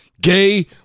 gay